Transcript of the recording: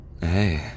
Hey